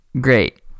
Great